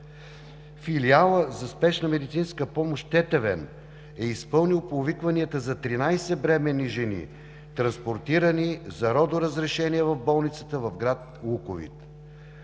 Филиалът за спешна медицинска помощ – Тетевен, е изпълнил повикванията за 13 бременни жени, транспортирани за родоразрешение в болницата в град Луковит.